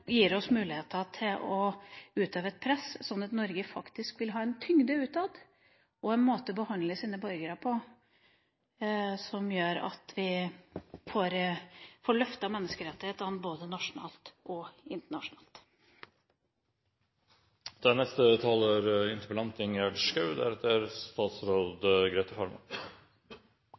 gir oss muligheten til å utøve et press, slik at Norge faktisk vil ha en tyngde utad og en måte å behandle sine borgere på som gjør at vi får løftet menneskerettighetene både nasjonalt og internasjonalt. Jeg har lyst til å takke for debatten og for det som er